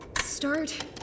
Start